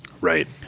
Right